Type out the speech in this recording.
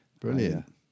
Brilliant